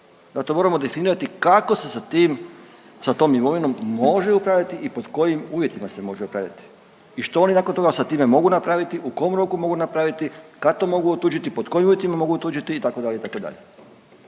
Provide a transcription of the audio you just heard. Zato moramo definirati kako se sa tim, sa tom imovinom može upravljati i pod kojim uvjetima se može upravljati i što oni nakon toga sa time mogu napraviti, u kom roku mogu napraviti, kad to mogu otuđiti, pod kojim uvjetima mogu otuđiti itd.,